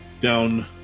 down